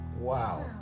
Wow